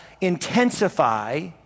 intensify